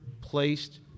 placed